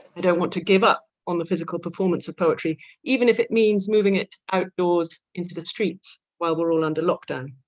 i don't want to give up on the physical performance of poetry even if it means moving it outdoors into the streets while we're all under lockdown